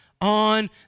on